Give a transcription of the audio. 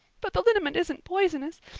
but the liniment isn't poisonous.